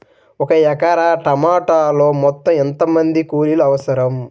ఒక ఎకరా టమాటలో మొత్తం ఎంత మంది కూలీలు అవసరం?